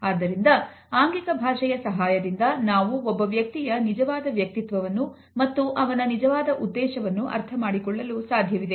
ಆದ್ದರಿಂದ ಆಂಗಿಕ ಭಾಷೆಯ ಸಹಾಯದಿಂದ ನಾವು ಒಬ್ಬ ವ್ಯಕ್ತಿಯ ನಿಜವಾದ ವ್ಯಕ್ತಿತ್ವವನ್ನು ಮತ್ತು ಅವನ ನಿಜವಾದ ಉದ್ದೇಶವನ್ನು ಅರ್ಥ ಮಾಡಿಕೊಳ್ಳಲು ಸಾಧ್ಯವಿದೆ